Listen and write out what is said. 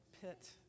pit